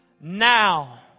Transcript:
now